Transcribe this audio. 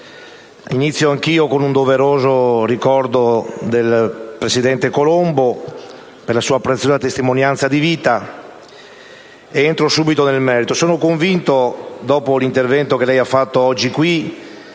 inizio anch'io con un doveroso ricordo del presidente Colombo per la sua preziosa testimonianza di vita, ed entro subito nel merito. Presidente Letta, sono convinto, dopo l'intervento che lei ha fatto oggi in